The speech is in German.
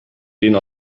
den